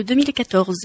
2014